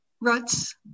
ruts